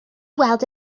weld